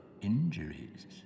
injuries